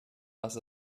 was